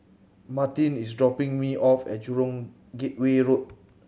Martine is dropping me off at Jurong Gateway Road